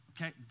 okay